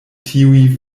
tiuj